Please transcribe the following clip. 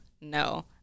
No